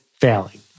failing